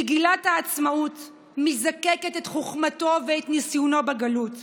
מגילת העצמאות מזקקת את חוכמתו ואת ניסיונו בגלות,